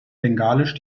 bengalisch